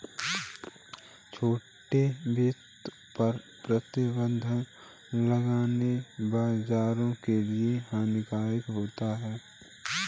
छोटे वित्त पर प्रतिबन्ध लगाना बाज़ार के लिए हानिकारक होता है